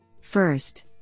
First